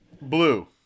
Blue